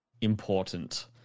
important